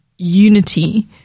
unity